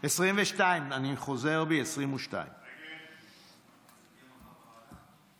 ההסתייגות (22) של חברי הכנסת יואב קיש ושלמה קרעי לסעיף 1 לא